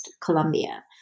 Colombia